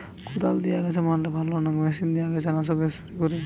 কদাল দিয়ে আগাছা মারলে ভালো না মেশিনে আগাছা নাশক স্প্রে করে?